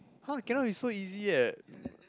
!huh! cannot be so easy yet